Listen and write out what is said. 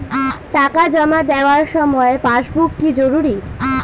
টাকা জমা দেবার সময় পাসবুক কি জরুরি?